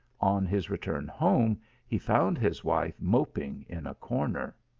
on his return home he found his wife moping in a corner.